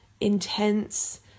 intense